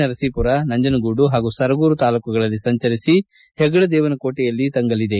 ನರಸೀಪುರ ನಂಜನಗೂಡು ಪಾಗೂ ಸರಗೂರು ತಾಲ್ಲೂಕುಗಳಲ್ಲಿ ಸಂಚರಿಸಿ ಪೆಗ್ಗಡದೇವನಕೋಟೆಯಲ್ಲಿ ತಂಗಲಿದೆ